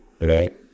right